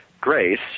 grace